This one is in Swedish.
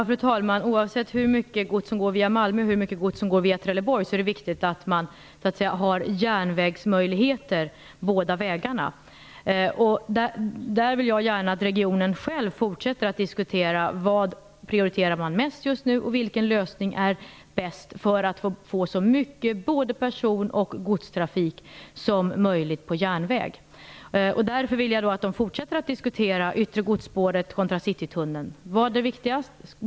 Fru talman! Oavsett hur mycket gods som går via Malmö och hur mycket gods som går via Trelleborg är det viktigt att man har järnvägsmöjligheter båda vägarna. Där vill jag gärna att man i regionen fortsätter att diskutera vad man prioriterar mest just nu och vilken lösning som är bäst för att få så mycket både person och godstrafik som möjligt på järnväg. Därför vill jag att de fortsätter att diskutera yttre godsspåret kontra citytunneln. Vad är viktigast?